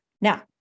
Now